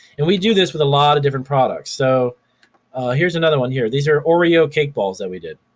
and we do this with a lotta different products. so here's another one here, these are oreo cake balls that we did.